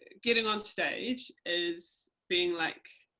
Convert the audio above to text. getting on stage is being like,